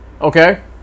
Okay